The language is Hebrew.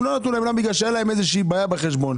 לא נתנו כי אין להם בעיה בחשבון.